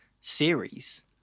series